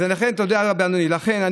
לכן,